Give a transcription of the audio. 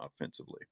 offensively